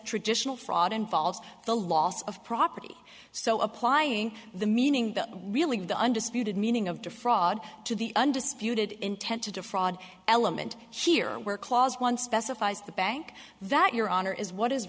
traditional fraud involves the loss of property so applying the meaning that really the undisputed meaning of the fraud to the undisputed intent to defraud element here where clause one specifies the bank that your honor is what is